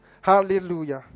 Hallelujah